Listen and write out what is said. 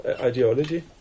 ideology